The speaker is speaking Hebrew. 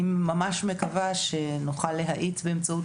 אני ממש מקווה שנוכל להאיץ באמצעות